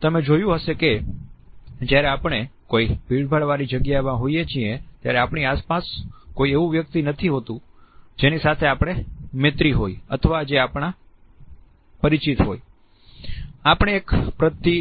તમે જોયું હશે કે જ્યારે આપણે કોઈ ભીડભાડવાળી જગ્યા માં હોઈએ છીએ ત્યારે આપણી આસપાસ કોઈ એવું વ્યક્તિ નથી હોતું જેની સાથે આપણે મૈત્રી હોય અથવા જે આપણા પરિચિત હોય આપણે એક પદ્ધતિ